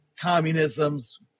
communism's